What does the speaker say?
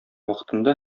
вакытында